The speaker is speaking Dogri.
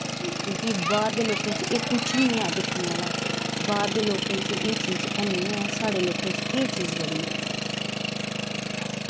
क्योंकि बाह्र दे लोकें च एह् कुछ निं ऐ दिक्खने आह्ला बाह्र दे लोकें च एह् चीज़ ऐनी ऐ साढ़े लोकें च एह् चीज़ बड़ी ऐ